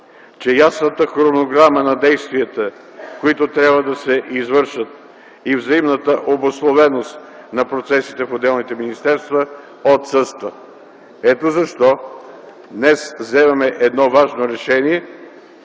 че ясната хронограма на действията, които трябва да се извършат, и взаимната обусловеност на процесите в отделните министерства отсъства. Ето защо днес взимаме едно важно решение,